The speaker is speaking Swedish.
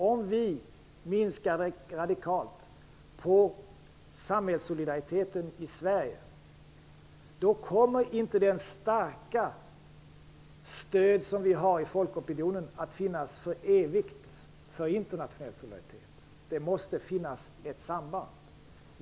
Om vi minskar radikalt på samhällssolidariteten i Sverige, kommer inte det starka stöd som finns i folkopinionen att finnas för evigt för internationell solidaritet. Det måste finnas ett samband.